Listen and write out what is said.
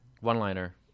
One-liner